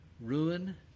ruin